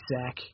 Zach